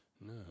No